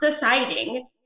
deciding